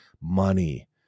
money